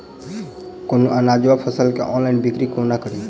कोनों अनाज वा फसल केँ ऑनलाइन बिक्री कोना कड़ी?